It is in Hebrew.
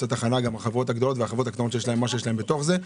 לתחנה ולחברות הקטנות יש את מה שיש להם בתוך זה,